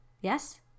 Yes